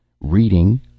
Reading